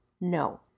No